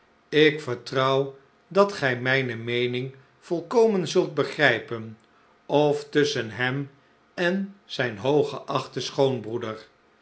ik vertrouw dat gij mijne meening volkomen zult begrijpen of tusschen liem en zijn hooggeachten schoonbroeder